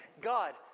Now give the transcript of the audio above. God